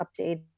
updated